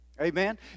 Amen